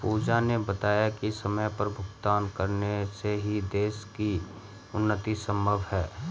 पूजा ने बताया कि समय पर कर भुगतान करने से ही देश की उन्नति संभव है